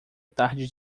tarde